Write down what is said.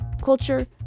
culture